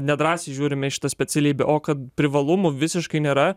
nedrąsiai žiūrime į šitą specialybę o kad privalumų visiškai nėra